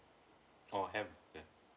oh have yeah